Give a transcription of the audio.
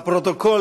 הפרוטוקול